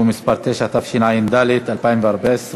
סילבן, הצבעה.